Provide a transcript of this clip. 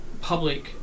public